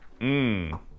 Mmm